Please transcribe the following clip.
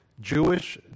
Jewish